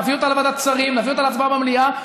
נביא אותה לוועדת שרים ונביא אותה להצבעה במליאה.